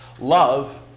love